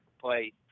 play